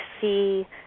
see